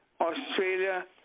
Australia